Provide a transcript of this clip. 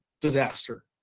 Disaster